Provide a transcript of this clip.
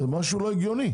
זה לא הגיוני.